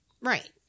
Right